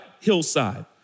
hillside